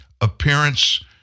appearance